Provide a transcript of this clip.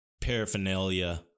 paraphernalia